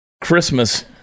Christmas